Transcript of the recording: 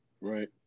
Right